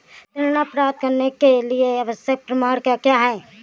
ऋण प्राप्त करने के लिए आवश्यक प्रमाण क्या क्या हैं?